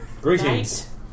Greetings